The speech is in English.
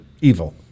evil